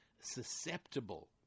susceptible